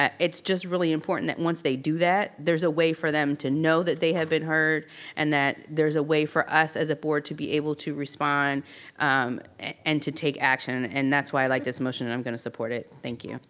it's just really important that once they do that there's a way for them to know that they have been heard and that there's a way for us as a board to be able to respond and to take action, and that's why i like this motion and i'm gonna support it, thank you.